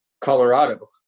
Colorado